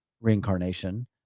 reincarnation